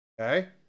Okay